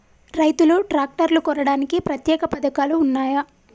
రైతులు ట్రాక్టర్లు కొనడానికి ప్రత్యేక పథకాలు ఉన్నయా?